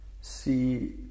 see